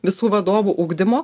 visų vadovų ugdymo